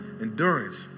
endurance